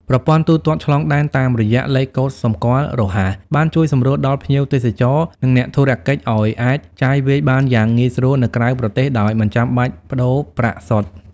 ប្រព័ន្ធទូទាត់ឆ្លងដែនតាមរយៈលេខកូដសម្គាល់រហ័ស បានជួយសម្រួលដល់ភ្ញៀវទេសចរ និងអ្នកធុរកិច្ចឱ្យអាចចាយវាយបានយ៉ាងងាយស្រួលនៅក្រៅប្រទេសដោយមិនចាំបាច់ប្ដូរប្រាក់សុទ្ធ។